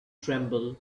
tremble